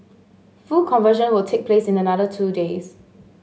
full conversion will take place in another two days